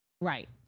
Right